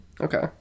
Okay